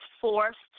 forced